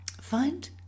find